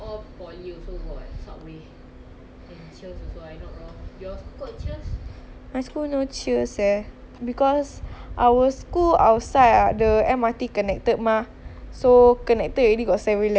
my school no cheers eh because our school outside the M_R_T connected mah so connected already got seven eleven so I think right no point for them to do seven eleven or cheers inside the school